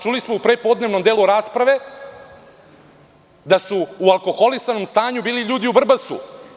Čuli smo u prepodnevnom delu rasprave, da su u alkoholisanom stanju bili ljudi u Vrbasu.